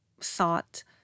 sought